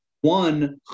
one